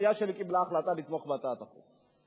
הסיעה שלי קיבלה החלטה לתמוך בהצעת החוק,